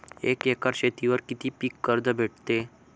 एक एकर शेतीवर किती पीक कर्ज भेटते?